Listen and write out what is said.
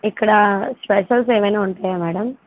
ఇక్కడ స్పెషల్స్ ఏమైన ఉంటాయా మేడం